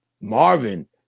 Marvin